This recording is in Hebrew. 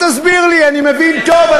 אל תסביר לי, אני מבין טוב.